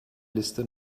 liste